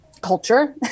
culture